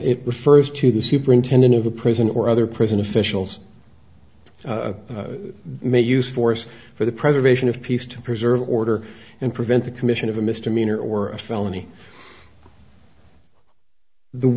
it refers to the superintendent of the prison or other prison officials may use force for the preservation of peace to preserve order and prevent the commission of a misdemeanor or felony the